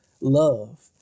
love